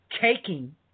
taking